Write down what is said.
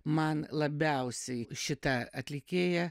man labiausiai šita atlikėja